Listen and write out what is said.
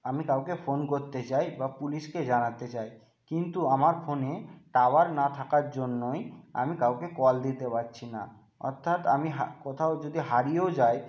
আমি কাউকে ফোন করতে চাই বা পুলিশকে জানাতে চাই কিন্তু আমার ফোনে টাওয়ার না থাকার জন্যই আমি কাউকে কল দিতে পারছি না অর্থাৎ আমি কোথাও যদি হারিয়েও যাই